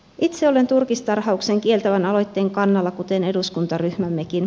itse olen turkistarhauksen kieltävän aloitteen kannalla kuten eduskuntaryhmämmekin